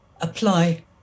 apply